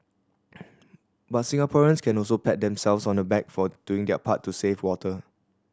but Singaporeans can also pat themselves on the back for doing their part to save water